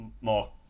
more